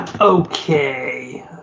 Okay